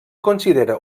considera